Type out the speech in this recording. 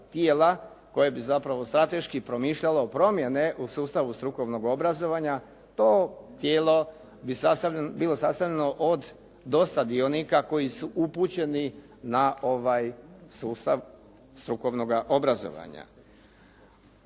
koje bi zapravo strateški promišljalo promjene u sustavu strukovnog obrazovanja. To tijelo bi bilo sastavljeno od dosta dionika koji su upućeni na ovaj sustav strukovnoga obrazovanja.